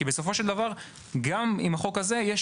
כי גם עם החוק הזה,